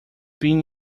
being